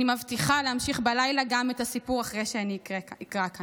אני מבטיחה להמשיך בלילה גם את הסיפור אחרי שאני אקרא כאן.